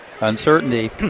Uncertainty